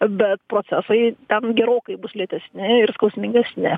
bet procesai ten gerokai bus lėtesni ir skausmingesni